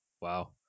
Wow